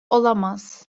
olamaz